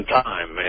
time